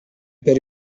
per